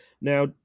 Now